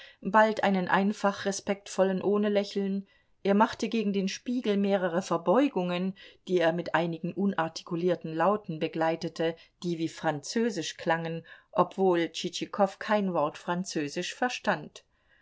bald einen einfach respektvollen ohne lächeln er machte gegen den spiegel mehrere verbeugungen die er mit einigen unartikulierten lauten begleitete die wie französisch klangen obwohl tschitschikow kein wort französisch verstand